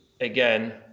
again